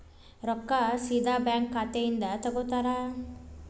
ರೊಕ್ಕಾ ಸೇದಾ ಬ್ಯಾಂಕ್ ಖಾತೆಯಿಂದ ತಗೋತಾರಾ?